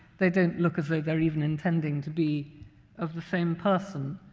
they don't look as though they're even intending to be of the same person.